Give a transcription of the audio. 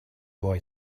boy